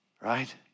right